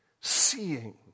seeing